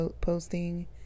posting